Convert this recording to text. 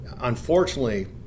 Unfortunately